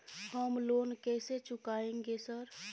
हम लोन कैसे चुकाएंगे सर?